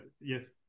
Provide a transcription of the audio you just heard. yes